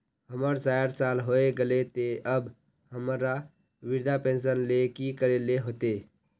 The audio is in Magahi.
हमर सायट साल होय गले ते अब हमरा वृद्धा पेंशन ले की करे ले होते?